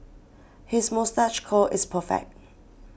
his moustache curl is perfect